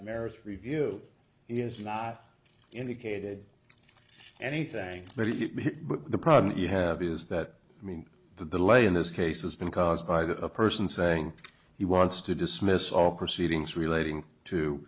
merits review is not indicated anything very good but the problem you have is that i mean the delay in this case has been caused by the person saying he wants to dismiss all proceedings